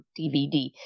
dvd